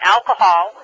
Alcohol